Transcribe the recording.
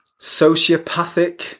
sociopathic